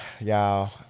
y'all